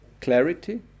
clarity